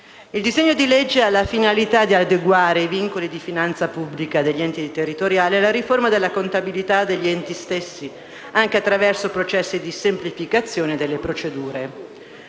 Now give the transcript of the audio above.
Il disegno di legge ha la finalità di adeguare i vincoli di finanza pubblica degli enti territoriali alla riforma della contabilità degli enti stessi, anche attraverso processi di semplificazione delle procedure.